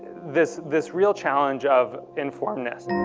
this this real challenge of informedness.